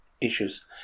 issues